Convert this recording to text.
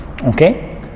Okay